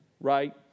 right